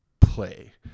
play